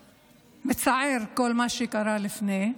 מצער כל מה שקרה לפני זה,